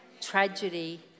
tragedy